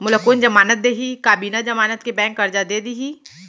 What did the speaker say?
मोला कोन जमानत देहि का बिना जमानत के बैंक करजा दे दिही?